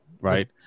right